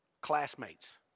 classmates